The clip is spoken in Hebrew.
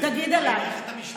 את סותרת את עצמך, כבוד השרה.